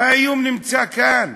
האיום נמצא כאן.